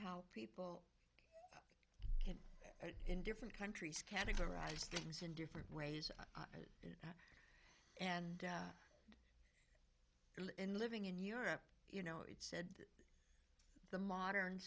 how people came in different countries categorize things in different ways and in living in europe you know it said the modern